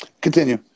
Continue